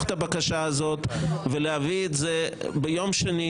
את הבקשה הזאת ולהביא את זה ביום שני,